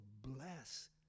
bless